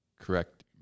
correct